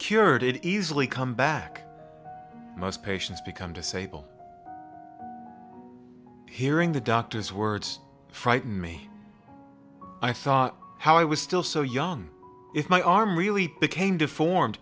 cured it easily come back most patients become disabled hearing the doctor's words frighten me i thought how i was still so young if my arm really became deformed